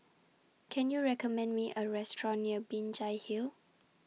Can YOU recommend Me A Restaurant near Binjai Hill